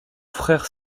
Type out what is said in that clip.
frère